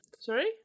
Sorry